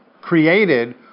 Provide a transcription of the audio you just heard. created